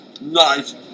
nice